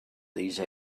these